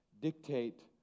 dictate